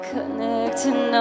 Connecting